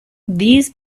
these